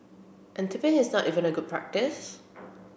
and tipping is not even a good practice